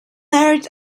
earth